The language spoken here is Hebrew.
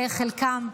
וחלקה,